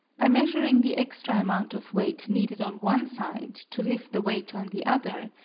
by measuring the extra amount of weight needed on one side to lift the weight on the other,